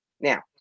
Now